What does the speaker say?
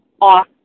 off